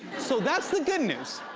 so that's the good news.